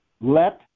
Let